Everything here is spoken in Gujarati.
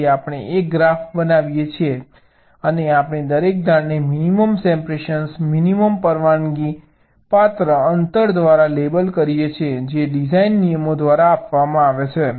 તેથી આપણે એક ગ્રાફ બનાવીએ છીએ અને આપણે દરેક ધારને મિનિમમ સેપરેશન મિનિમમ પરવાનગી પાત્ર અંતર દ્વારા લેબલ કરીએ છીએ જે ડિઝાઇન નિયમો દ્વારા આપવામાં આવે છે